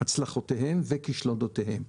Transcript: הצלחותיהן וכישלונותיהן.